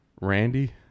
Randy